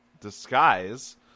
disguise